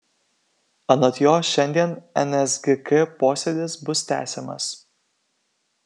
anot jo šiandien nsgk posėdis bus tęsiamas